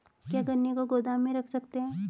क्या गन्ने को गोदाम में रख सकते हैं?